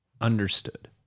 understood